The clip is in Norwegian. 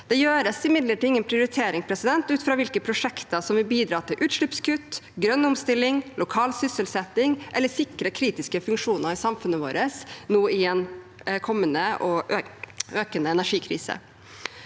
Det gjøres imidlertid ingen prioritering ut fra hvilke prosjekter som vil bidra til utslippskutt, grønn omstilling eller lokal sysselsetting, eller som vil sikre kritiske funksjoner i samfunnet vårt nå i en kommende og økende energikrise.